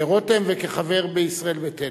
כרותם וכחבר בישראל ביתנו.